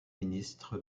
ministre